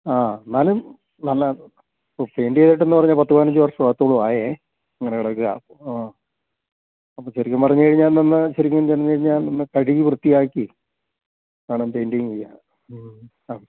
ആ എന്നാലും നല്ല ഇപ്പം പെയിൻറ്റ് ചെയ്തിട്ടെന്ന് പറഞ്ഞാൽ പത്ത് പതിനഞ്ച് വർഷത്തോളം ആയി അങ്ങനെ കിടക്കുകയാണ് ആ അപ്പം ശരിക്കും പറഞ്ഞുകഴിഞ്ഞാൽ നമ്മൾ ശെരിക്കും ചെന്ന് കഴിഞ്ഞാൽ ഒന്ന് കഴുകി വൃത്തിയാക്കി വേണം പെയിന്റിംഗ് ചെയ്യാൻ മ്മ് ആ